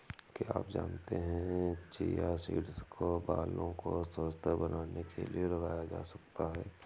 क्या आप जानते है चिया सीड्स को बालों को स्वस्थ्य बनाने के लिए लगाया जा सकता है?